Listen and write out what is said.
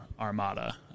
Armada